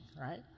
right